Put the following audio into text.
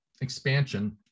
expansion